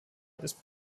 ist